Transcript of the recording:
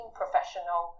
professional